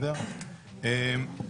י.